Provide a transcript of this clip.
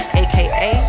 aka